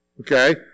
Okay